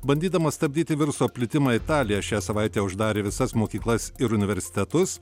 bandydama stabdyti viruso plitimą italija šią savaitę uždarė visas mokyklas ir universitetus